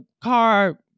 car